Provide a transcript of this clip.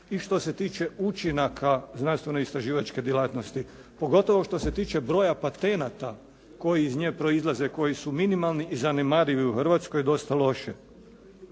i što se tiče učinaka znanstveno-istraživačke djelatnosti, pogotovo što se tiče broja patenata koji iz nje proizlaze, koji su minimalni i zanemarivi u Hrvatskoj dosta loše.